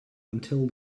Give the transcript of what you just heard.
until